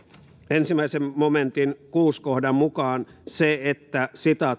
ensimmäisen momentin kuudennen kohdan mukaan se että